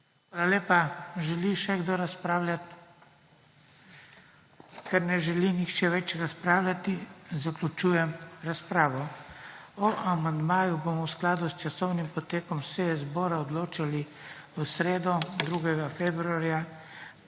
Hvala lepa. Želi še kdo razpravljati? Ker ne želi nihče več razpravljati zaključujem razpravo. O amandmaju bomo v skladu s časovnim potekom seje zbora odločali v sredo, 2. februarja